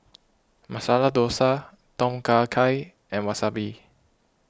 Masala Dosa Tom Kha Gai and Wasabi